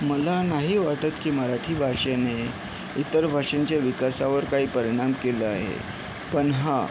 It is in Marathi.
मला नाही वाटत की मराठी भाषेने इतर भाषांच्या विकासावर काही परिणाम केला आहे पण हा